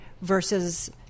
versus